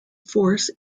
force